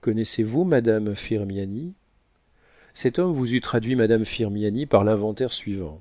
connaissez-vous madame firmiani cet homme vous eût traduit madame firmiani par l'inventaire suivant